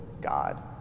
God